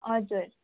हजुर